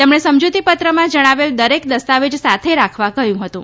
તેમણે સમજૂતી પત્રમાં જણાવેલ દરેક દસ્તાવેજ સાથે રાખવા કહ્યું હતું